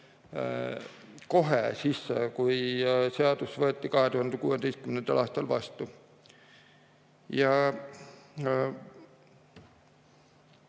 kohe sisse, kui seadus 2016. aastal vastu